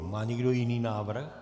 Má někdo jiný návrh?